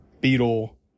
beetle